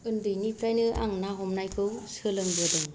उन्दैनिफ्रायनो आं ना हमनायखौ सोलोंबोदों